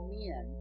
men